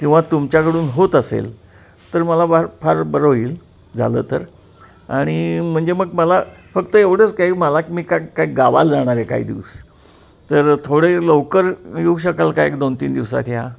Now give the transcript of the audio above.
किंवा तुमच्याकडून होत असेल तर मला बार फार बरं होईल झालं तर आणि म्हणजे मग मला फक्त एवढंच काय मला क मी का काय गावाला जाणार आहे काही दिवस तर थोडे लवकर येऊ शकाल का एक दोन तीन दिवसात ह्या